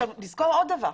צריך לזכור עוד דבר.